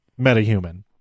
metahuman